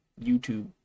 YouTube